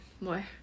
more